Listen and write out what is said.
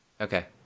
Okay